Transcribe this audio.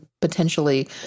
potentially